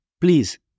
please